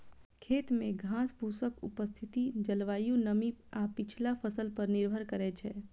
खेत मे घासफूसक उपस्थिति जलवायु, नमी आ पछिला फसल पर निर्भर करै छै